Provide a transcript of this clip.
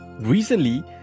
Recently